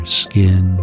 skin